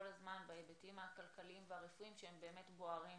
הזמן בהיבטים הרפואיים והכלכליים שהם באמת בוערים